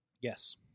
Yes